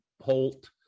Holt